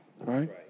Right